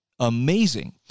Amazing